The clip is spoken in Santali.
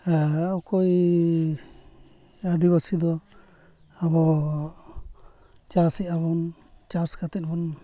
ᱦᱮᱸ ᱚᱠᱚᱭ ᱟᱹᱫᱤᱵᱟᱹᱥᱤ ᱫᱚ ᱟᱵᱚ ᱪᱟᱥᱮᱜᱼᱟ ᱵᱚᱱ ᱪᱟᱥ ᱠᱟᱛᱮᱫ ᱵᱚᱱ